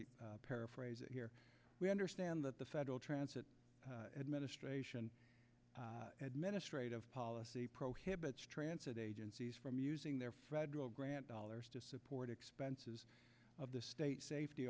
me paraphrase it here we understand that the federal transit administration administrative policy prohibits transit agencies from using their frederick grant dollars to support expenses of the state safety